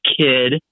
kid